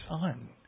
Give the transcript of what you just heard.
son